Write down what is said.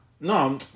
No